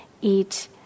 eat